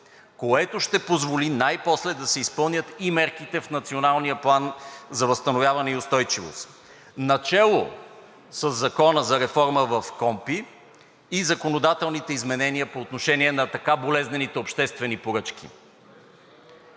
което ще позволи най-после да се изпълнят и мерките в Националния план за възстановяване и устойчивост, начело със Закона за реформа в КПКОНПИ и законодателните изменения по отношение на така болезнените обществени поръчки.